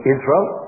Israel